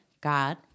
God